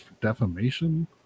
defamation